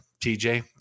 tj